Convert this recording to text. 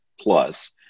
plus